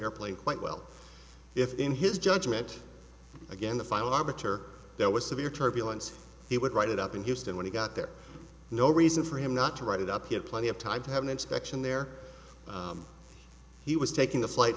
airplane quite well if in his judgment again the final arbiter there was severe turbulence he would write it up in houston when he got there no reason for him not to write it up he had plenty of time to have an inspection there he was taking the flight